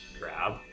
Grab